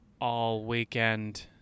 all-weekend